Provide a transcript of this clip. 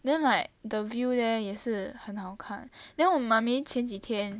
then like the view there 也是很好看 then 我 mummy 前几天